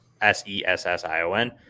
S-E-S-S-I-O-N